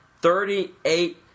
Thirty-eight